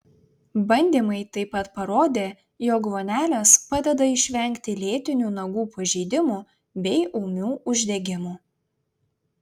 bandymai taip pat parodė jog vonelės padeda išvengti lėtinių nagų pažeidimų bei ūmių uždegimų